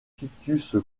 titus